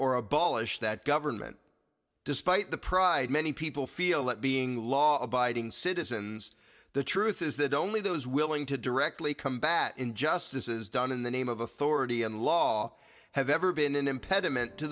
or abolish that government despite the pride many people feel that being law abiding citizens the truth is that only those willing to directly combat injustices done in the name of authority and law have ever been an impediment